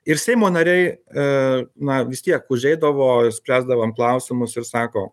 ir seimo nariai a na vis tiek užeidavo spręsdavom klausimus ir sako